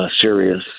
serious